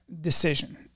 decision